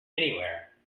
anywhere